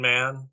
Man